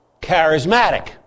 charismatic